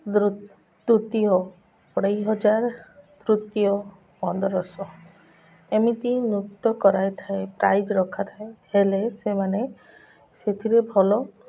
ଦୃ ଦ୍ଵିତୀୟ ଅଢ଼େଇ ହଜାର ତୃତୀୟ ପନ୍ଦରଶହ ଏମିତି ନୃତ୍ୟ କରାଇ ଥାଏ ପ୍ରାଇଜ ରଖାଥାଏ ହେଲେ ସେମାନେ ସେଥିରେ ଭଲ